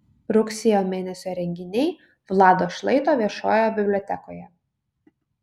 rugsėjo mėnesio renginiai vlado šlaito viešojoje bibliotekoje